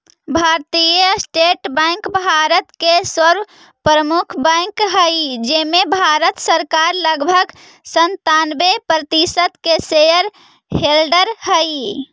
भारतीय state bank Bharat के सर्व प्रमुख बैंक हइ जेमें भारत सरकार लगभग सन्तानबे प्रतिशत के शेयर होल्डर हइ